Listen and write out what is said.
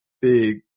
big